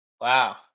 Wow